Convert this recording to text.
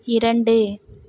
இரண்டு